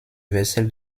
vaisselle